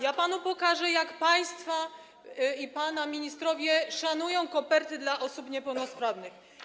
ja panu pokażę, jak państwo, jak pana ministrowie szanują koperty dla osób niepełnosprawnych.